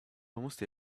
almost